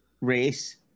race